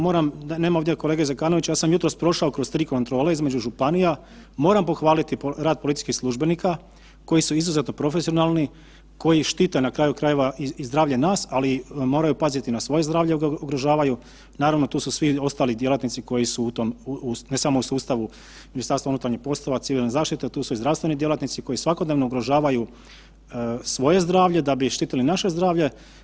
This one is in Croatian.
Moram, nema ovdje kolege Zekanovića, ja sam jutros prošao kroz tri kontrole između županija, moram pohvaliti rad policijskih službenika koji su izuzetno profesionalni, koji štite na kraju krajeva i zdravlje nas, ali moraju paziti i na svoje zdravlje ugrožavaju, naravno tu su svi ostali djelatnici koji su u tom ne samo u sustavu MUP-a, Civilne zaštite tu su i zdravstveni djelatnici koji svakodnevno ugrožavaju svoje zdravlje da bi štitili naše zdravlje.